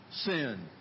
Sin